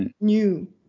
new